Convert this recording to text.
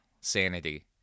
sanity